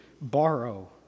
borrow